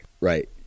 Right